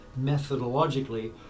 methodologically